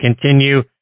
continue